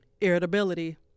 Irritability